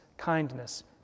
kindness